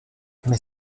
mais